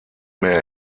mehr